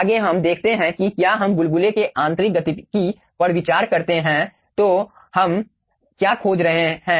आगे हम देखते हैं कि क्या हम बुलबुले के आंतरिक गतिकी पर विचार करते हैं तो हम क्या खोज रहे हैं